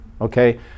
okay